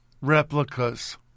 replicas